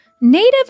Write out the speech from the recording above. Native